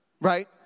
Right